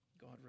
God